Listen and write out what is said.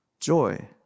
Joy